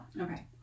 Okay